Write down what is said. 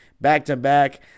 back-to-back